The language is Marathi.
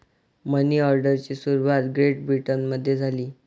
मनी ऑर्डरची सुरुवात ग्रेट ब्रिटनमध्ये झाली